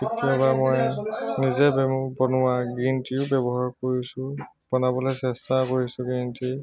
কেতিয়াবা মই নিজে ব বনোৱা গ্ৰীণ টিও ব্যৱহাৰ কৰিছোঁ বনাবলৈ চেষ্টা কৰিছো গ্ৰীণ টি